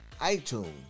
iTunes